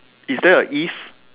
is there a if